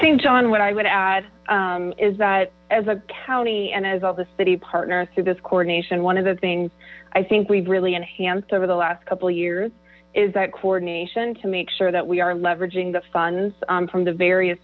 think john what i would add is that as a county and as other city partners through this coordination one of the things i think we've really enhanced over the last couple of years is that coordination to make sure that we are leveraging the funds from the various